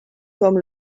comme